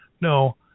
No